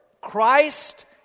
Christ